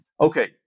Okay